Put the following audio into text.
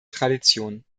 tradition